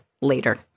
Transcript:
later